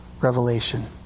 revelation